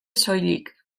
soilik